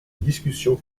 discussion